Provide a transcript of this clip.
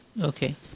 Okay